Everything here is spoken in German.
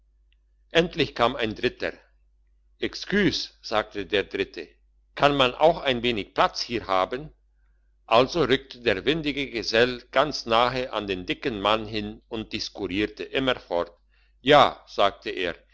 endlich kam ein dritter exküse sagte der dritte kann man auch noch ein wenig platz hier haben also rückte der windige gesell ganz nahe an den dicken mann hin und diskurierte immer fort ja sagte er